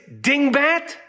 dingbat